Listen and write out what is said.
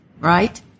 right